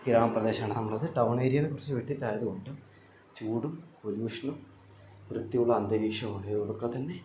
ഗ്രാമപ്രദേശമാണ് നമ്മുടേത് ടൗൺ ഏരിയയിൽ നിന്ന് കുറച്ച് വിട്ടിട്ടായതു കൊണ്ടും ചൂടും പൊലൂഷനും വൃത്തിയുള്ള അന്തരീക്ഷം ആയത് കൊണ്ടൊക്കെ തന്നെ